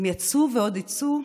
הם יָצאו ועוד יֵצאו.